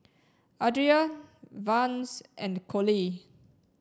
Adria Vance and Collie